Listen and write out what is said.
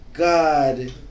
God